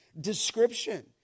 description